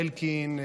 אלקין,